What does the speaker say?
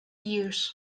years